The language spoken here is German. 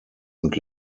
und